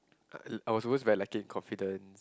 uh I was always very lacking in confidence